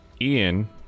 Ian